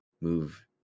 move